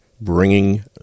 bringing